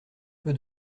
peu